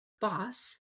boss